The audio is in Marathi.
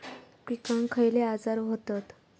पिकांक खयले आजार व्हतत?